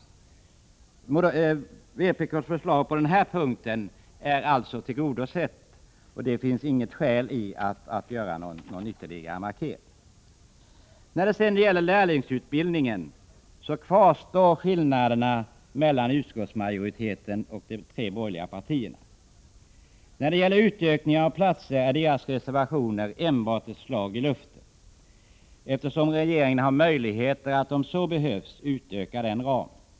Vpk:s förslag på denna punkt är alltså tillgodosett, varför det inte finns något skäl att göra en ytterligare markering. När det sedan gäller lärlingsutbildningen är att märka att skillnaderna kvarstår mellan utskottsmajoriteten och de tre borgerliga partierna. Deras reservationer om utökning av platsantalet är enbart ett slag i luften, eftersom regeringen har möjlighet att om så behövs utöka ramen.